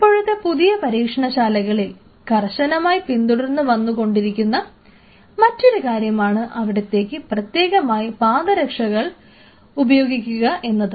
ഇപ്പോഴത്തെ പുതിയ പരീക്ഷണശാലകളിൽ കർശനമായി പിന്തുടർന്ന് വന്നുകൊണ്ടിരിക്കുന്ന മറ്റൊരു കാര്യമാണ് അവിടത്തേക്ക് പ്രത്യേകമായി പാദരക്ഷകൾ ഉപയോഗിക്കുക എന്നത്